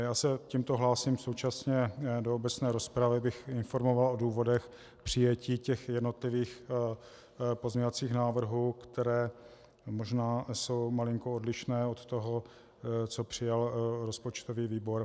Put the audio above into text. Já se tímto hlásím současně do obecné rozpravy, abych informoval o důvodech přijetí jednotlivých pozměňovacích návrhů, které možná jsou malinko odlišné od toho, co přijal rozpočtový výbor.